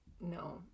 No